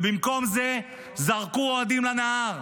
ובמקום זה זרקו האוהדים לנהר,